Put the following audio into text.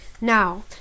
Now